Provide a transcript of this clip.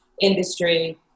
industry